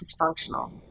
dysfunctional